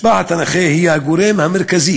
משפחת הנכה היא הגורם המרכזי